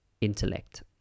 intellect